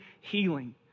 healing